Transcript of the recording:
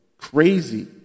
crazy